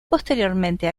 posteriormente